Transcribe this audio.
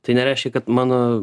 tai nereiškia kad mano